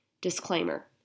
Disclaimer